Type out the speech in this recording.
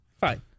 fine